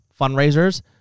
fundraisers